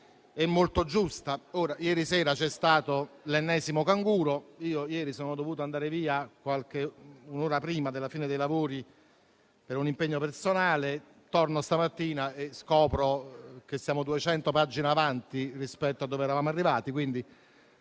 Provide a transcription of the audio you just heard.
e molto giusta. Ieri sera c'è stato l'ennesimo canguro: sono dovuto andare via un'ora prima della fine dei lavori per un impegno personale e stamattina al mio ritorno ho scoperto che stiamo 200 pagine più avanti rispetto a dove eravamo arrivati,